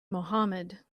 mohamed